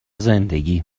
زندگی